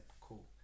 Cool